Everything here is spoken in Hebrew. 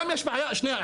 אתה סיימת טוב.